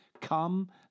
Come